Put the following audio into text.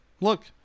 look